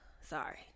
Sorry